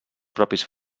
propis